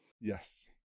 Yes